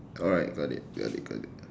alright got it got it got it